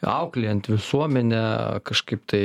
auklėjant visuomenę kažkaip tai